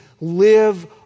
live